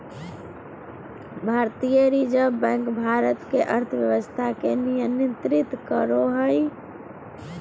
भारतीय reserve bank Bharat के अर्थव्यवस्था के नियन्त्रित करो हइ